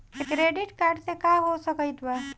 Credit card से का हो सकइत बा?